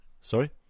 Sorry